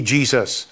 Jesus